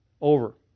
over